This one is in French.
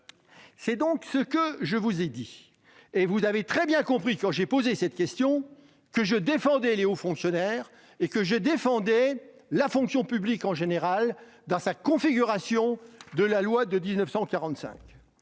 C'est ce que je vous ai dit. Vous avez très bien compris, lorsque j'ai posé cette question, que je défendais les hauts fonctionnaires et la fonction publique en général, dans sa configuration issue de la loi de 1945.